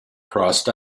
crossed